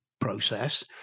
process